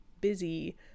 busy